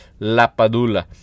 Lapadula